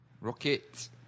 Rocket